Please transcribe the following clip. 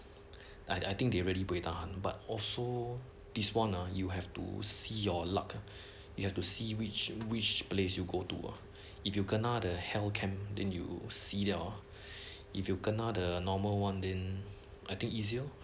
I think they really buay tahan but also this one uh you have to see your luck you have to see which which place you go to ah if you kena the hell camp then you si liao uh if you kena the normal one then I think easier